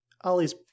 Ollie's